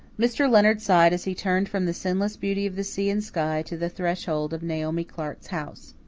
mr. leonard sighed as he turned from the sinless beauty of the sea and sky to the threshold of naomi clark's house.